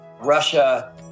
Russia